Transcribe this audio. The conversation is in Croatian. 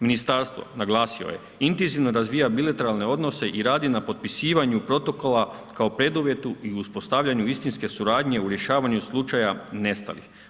Ministarstvo, naglasio je, intenzivno razvija bilateralne odnosne i radi na potpisivanju protokola kao preduvjetu i uspostavljanju istinske suradnje u rješavanju slučaju nestalih.